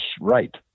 right